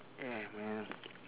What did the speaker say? yeah man